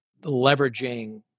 leveraging